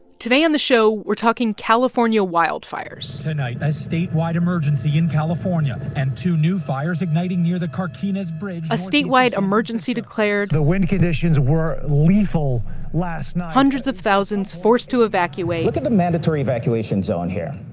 today on the show we're talking california wildfires tonight a statewide emergency in california and two new fires igniting near the carquinez bridge. a statewide emergency declared. the wind conditions were lethal last night. hundreds of thousands forced to evacuate. look at the mandatory evacuation zone here.